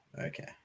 Okay